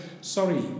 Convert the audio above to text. sorry